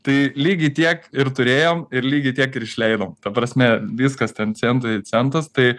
tai lygiai tiek ir turėjom ir lygiai tiek ir išleidom ta prasme viskas ten centai į centus tai